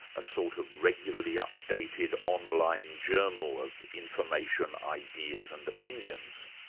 a sort of regularly updated online journal of information, ideas and opinions.